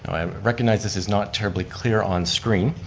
i recognize this is not terribly clear on screen,